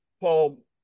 Paul